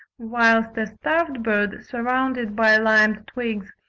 whilst a stuffed bird, surrounded by limed twigs,